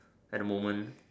at the moment